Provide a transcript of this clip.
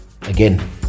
Again